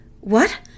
What